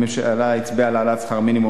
הממשלה הצביעה על העלאת שכר מינימום,